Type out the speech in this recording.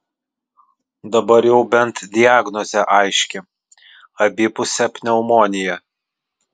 dabar jau bent diagnozė aiški abipusė pneumonija